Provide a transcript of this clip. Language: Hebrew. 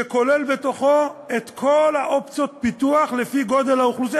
שכולל בתוכו את כל אופציות הפיתוח לפי גודל האוכלוסייה.